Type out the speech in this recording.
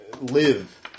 Live